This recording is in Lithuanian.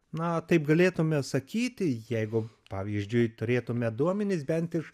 na taip galėtume sakyti jeigu pavyzdžiui turėtume duomenis bent iš